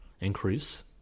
increase